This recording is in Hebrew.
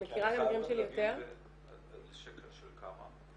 של כמה?